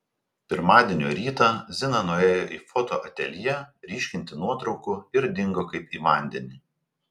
pirmadienio rytą zina nuėjo į foto ateljė ryškinti nuotraukų ir dingo kaip į vandenį